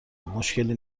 مشکلی